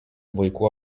vaikų